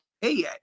hey